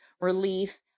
relief